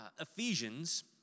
Ephesians